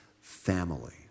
family